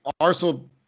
Arsenal